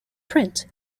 print